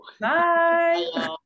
Bye